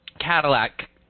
Cadillac